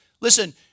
Listen